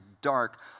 dark